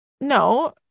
no